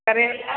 करैला